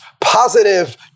positive